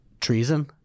treason